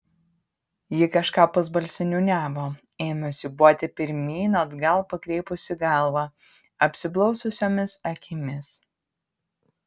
ji kažką pusbalsiu niūniavo ėmė siūbuoti pirmyn atgal pakreipusi galvą apsiblaususiomis akimis